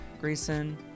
grayson